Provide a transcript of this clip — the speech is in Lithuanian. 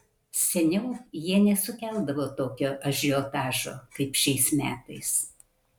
seniau jie nesukeldavo tokio ažiotažo kaip šiais metais